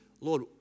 Lord